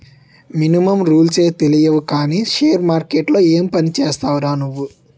Minimum రూల్సే తెలియవు కానీ షేర్ మార్కెట్లో ఏం పనిచేస్తావురా నువ్వు?